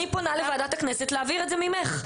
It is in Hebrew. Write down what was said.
אני פונה לוועדת הכנסת להעביר את זה ממך,